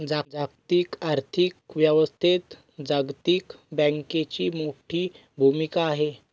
जागतिक आर्थिक व्यवस्थेत जागतिक बँकेची मोठी भूमिका आहे